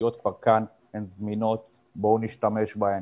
התשתיות כבר כאן, הן זמינות, בואו נשתמש בהן.